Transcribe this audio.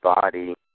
body